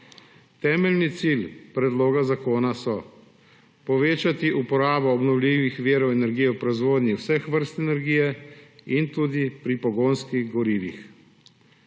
Temeljni cilji predloga zakona so: povečati uporabo obnovljivih virov energije v proizvodnji vseh vrst energije in tudi pri pogonskih gorivih;